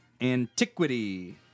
Antiquity